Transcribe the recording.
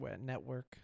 network